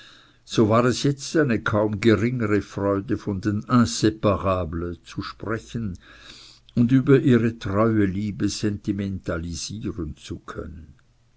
so war es jetzt eine kaum geringere freude von den insparables sprechen und über ihre treue liebe sentimentalisieren zu können